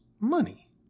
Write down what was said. money